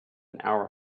our